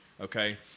okay